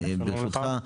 ברשותך,